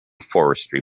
forestry